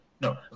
no